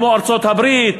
כמו ארצות-הברית,